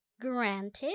Granted